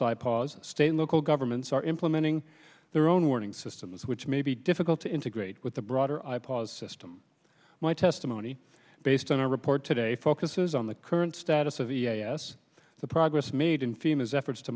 i pause state local governments are implementing their own warning systems which may be difficult to integrate with the broader i pause system my testimony based on a report today focuses on the current status of the i s the progress made in fim is efforts to